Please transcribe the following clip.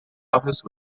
office